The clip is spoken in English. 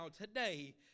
today